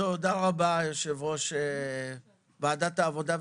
תודה רבה ליושבת-ראש ועדת העבודה והרווחה.